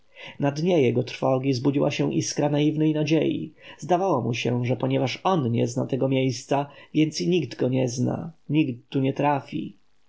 na dnie jego trwogi zbudziła się iskra naiwnej nadziei zdawało mu się że ponieważ on nie zna tego miejsca więc i nikt go nie zna nikt tu nie trafi